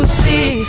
see